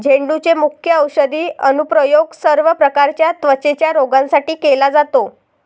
झेंडूचे मुख्य औषधी अनुप्रयोग सर्व प्रकारच्या त्वचेच्या रोगांसाठी केला जातो